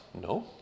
No